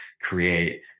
create